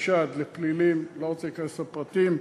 חשד לפלילים, אני לא רוצה להיכנס לפרטים,